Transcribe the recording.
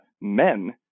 men